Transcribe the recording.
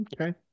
Okay